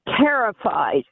terrified